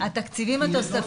התקציבים התוספתיים.